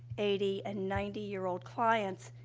eighty, and ninety year old clients,